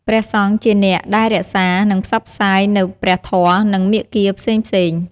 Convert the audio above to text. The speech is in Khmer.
វត្តមានរបស់ព្រះអង្គផ្ដល់នូវ ភាពកក់ក្ដៅខាងផ្លូវចិត្ត ដល់ភ្ញៀវ ជាពិសេសអ្នកដែលមកពីចម្ងាយ ឬមានទុក្ខកង្វល់។